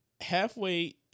halfway